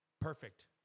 perfect